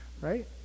Right